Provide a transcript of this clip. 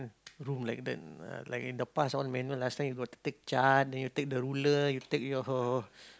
rule like that like in the past all manual last time you got to take chart then you take the ruler you take your